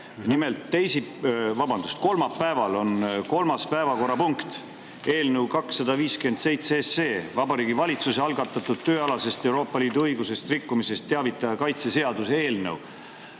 Nimelt, kolmapäeval on kolmas päevakorrapunkt eelnõu 257. See on Vabariigi Valitsuse algatatud tööalasest Euroopa Liidu õigusest rikkumisest teavitaja kaitse seaduse eelnõu.